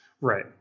Right